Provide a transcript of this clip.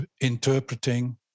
interpreting